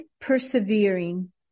persevering